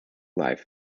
life